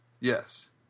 Yes